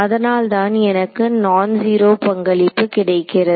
அதனால்தான் எனக்கு நான் ஜீரோ பங்களிப்பு கிடைக்கிறது